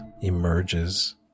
emerges